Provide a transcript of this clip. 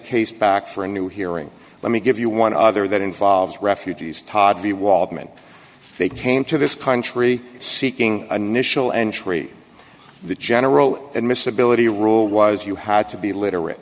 case back for a new hearing let me give you one other that involves refugees todd v waltman they came to this country seeking a nischelle entry the general admissibility rule was you had to be literate